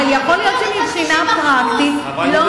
אבל יכול להיות שמבחינה פרקטית לא